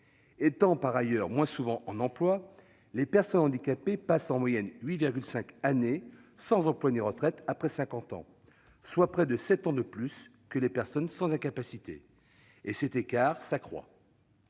Étant par ailleurs moins souvent en emploi, ces personnes passent en moyenne 8,5 années sans emploi ni retraite après 50 ans, soit près de 7 ans de plus que les personnes sans incapacité, et cet écart s'accroît